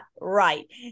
right